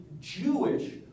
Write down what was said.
Jewish